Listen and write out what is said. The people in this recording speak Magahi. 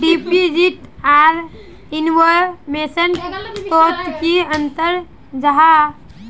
डिपोजिट आर इन्वेस्टमेंट तोत की अंतर जाहा?